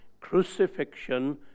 crucifixion